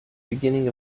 beginning